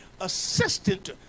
assistant